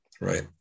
Right